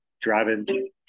driving